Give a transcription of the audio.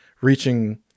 reaching